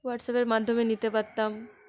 হোয়াটসঅ্যাপের মাধ্যমে নিতে পারতাম